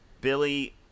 billy